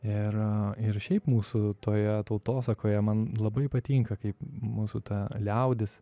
ir ir šiaip mūsų toje tautosakoje man labai patinka kaip mūsų ta liaudis